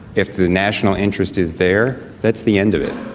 if the national interest is there, that's the end of it